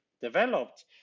developed